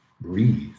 breathe